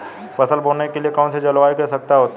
फसल बोने के लिए कौन सी जलवायु की आवश्यकता होती है?